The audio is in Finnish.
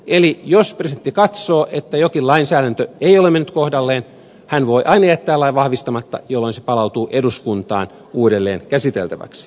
eli jos presidentti katsoo että jonkin lain säätäminen ei ole mennyt kohdalleen hän voi aina jättää lain vahvistamatta jolloin se palautuu eduskuntaan uudelleen käsiteltäväksi